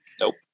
Nope